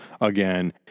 again